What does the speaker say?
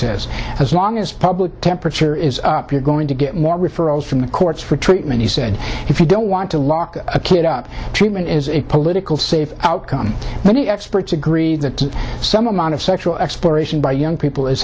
says as long as public temperature is up you're going to get more referrals from the courts for treatment he said if you don't want to lock a kid up treatment is a political safe outcome many experts agree that some amount of sexual exploration by young people i